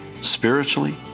spiritually